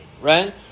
right